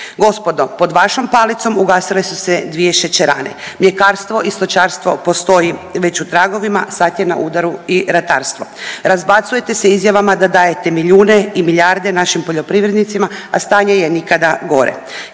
Gospodo, pod vašom palicom ugasile su se dvije šećerane, mljekarstvo i stočarstvo postoji već u tragovima, sad je na udaru i ratarstvo. Razbacujete se izjavama da dajete milijune i milijarde našim poljoprivrednicima, a stanje je nikada gore.